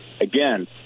Again